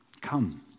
Come